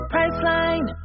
Priceline